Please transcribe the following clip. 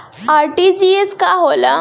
RTGS का होला?